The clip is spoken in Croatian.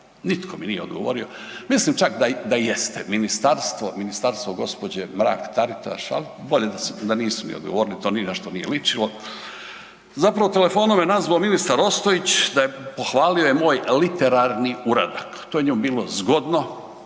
Nitko mi nije odgovorio, mislim čak da jeste ministarstvo gospođe Mrak Taritaš, ali bolje da nisu ni odgovorili to ni na što nije ličilo. Zapravo telefonom me nazvao ministar Ostojić pohvalio je moj literarni uradak, to je njemu bilo zgodno,